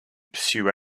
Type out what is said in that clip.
pursue